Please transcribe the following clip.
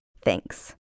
Thanks